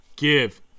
Give